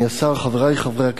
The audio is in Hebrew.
חברי חברי הכנסת,